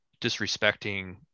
disrespecting